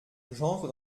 j’entre